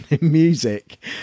music